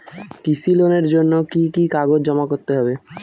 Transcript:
কৃষি লোনের জন্য কি কি কাগজ জমা করতে হবে?